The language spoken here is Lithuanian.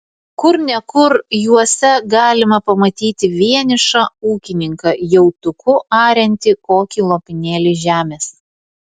kur ne kur juose galima pamatyti vienišą ūkininką jautuku ariantį kokį lopinėlį žemės